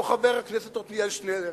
לא חבר הכנסת עתניאל שנלר